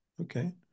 Okay